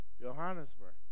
Johannesburg